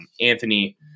Anthony